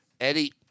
Eddie